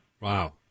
Wow